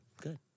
Good